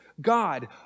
God